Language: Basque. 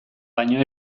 baino